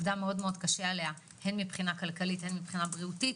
עליה מאוד קשה גם מבחינה כלכלית וגם מבחינה בריאותית,